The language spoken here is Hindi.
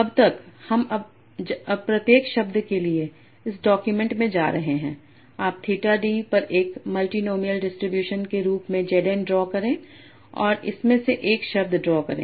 अब तक हम अब प्रत्येक शब्द के लिए इस डॉक्यूमेंट में जा रहे हैं आप थेटा d पर एक मल्टीनोमिअल डिस्ट्रीब्यूशन के रूप में Z n ड्रा करें और इसमें से एक शब्द ड्रा करें